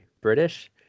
British